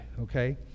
okay